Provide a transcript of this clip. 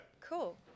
Cool